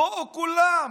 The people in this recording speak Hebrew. בואו כולם,